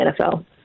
NFL